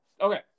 Okay